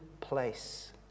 place